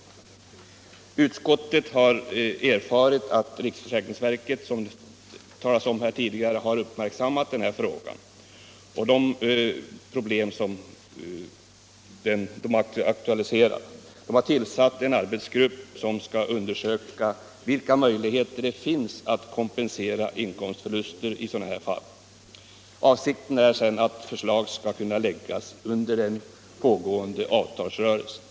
Utskottet har, som tidigare nämnts, erfarit att riksförsäkringsverket har uppmärksammat de problem som här har aktualiserats och tillsatt en arbetsgrupp, som skall undersöka vilka möjligheter det finns att kompensera inkomstförluster i sådana här fall. Avsikten är att förslag skall kunna läggas fram under den pågående avtalsrörelsen.